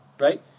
right